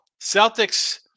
Celtics